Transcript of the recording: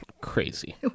Crazy